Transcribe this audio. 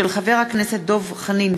מאת חברי הכנסת דב חנין,